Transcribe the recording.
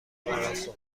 کند